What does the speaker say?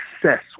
success